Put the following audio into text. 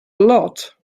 lot